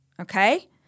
Okay